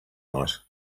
night